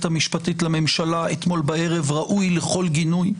המשפטית לממשלה אתמול בערב ראוי לכל גינוי.